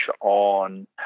on